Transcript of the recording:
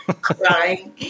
crying